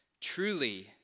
Truly